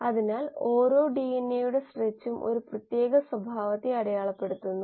തുടർന്ന് താൽപ്പര്യമുള്ള സൂക്ഷ്മാണുക്കൾ അവതരിപ്പിക്കുന്നു